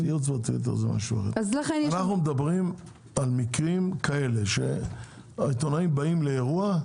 אנחנו מדברים על מקרים כאלה שהעיתונאים באים לאירוע,